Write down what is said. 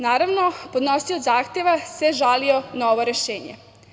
Naravno, podnosilac zahteva se žalio na ovo rešenje.